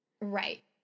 right